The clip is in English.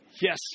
Yes